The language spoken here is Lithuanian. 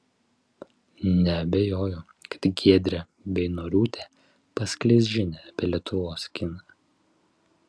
neabejoju kad giedrė beinoriūtė paskleis žinią apie lietuvos kiną